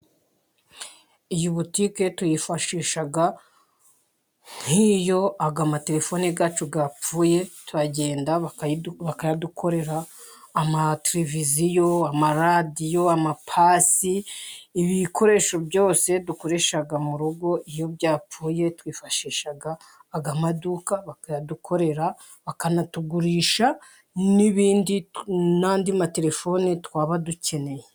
Iyi butike tuyifashisha nk'iyo aya amaterefone yacu yapfuye turagenda bakayadukorera, amatereviziyo, amaradiyo, amapasi, ibi bikoresho byose dukoresha mu rugo iyo byapfuye, twifashisha aya maduka bakayadukorera bakanatugurisha n'ibindi, n'andi materefone twaba dukeneye.